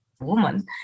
woman